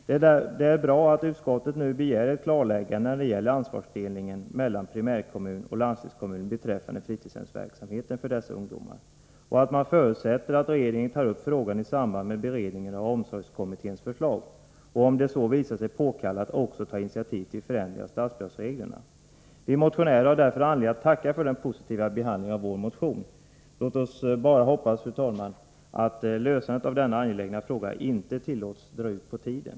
Det är bra att utskottet begär ett klarläggande om ansvarsfördelningen mellan primärkommun och landstingskommun beträffande fritidsverksamheten för dessa ungdomar, att man förutsätter att regeringen tar upp frågan i samband med beredningen av omsorgskommitténs förslag och, om det visar sig påkallat, också tar initiativ till förändringar om statsbidragsreglerna. Vi motionärer har därför anledning att tacka för den positiva behandlingen av vår motion. Låt oss bara hoppas, fru talman, att lösandet av denna angelägna fråga inte tillåts dra ut på tiden.